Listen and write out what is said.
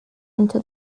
into